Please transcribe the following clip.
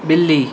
ਬਿੱਲੀ